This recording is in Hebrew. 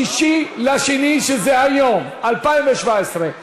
6 בפברואר 2017,